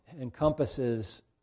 encompasses